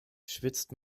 schwitzt